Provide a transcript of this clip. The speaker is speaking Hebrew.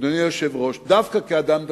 אדוני היושב-ראש, דווקא כאדם דתי,